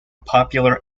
popular